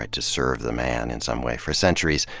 to serve the man in some way. for centuries,